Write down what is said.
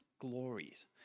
glories